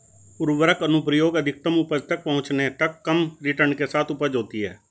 उर्वरक अनुप्रयोग अधिकतम उपज तक पहुंचने तक कम रिटर्न के साथ उपज होती है